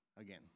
again